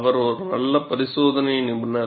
அவர் ஒரு நல்ல பரிசோதனை நிபுணர்